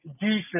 decent